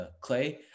Clay